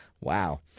Wow